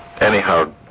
Anyhow